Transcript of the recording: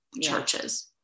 churches